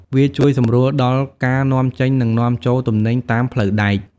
វាជួយសម្រួលដល់ការនាំចេញនិងនាំចូលទំនិញតាមផ្លូវដែក។